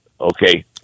Okay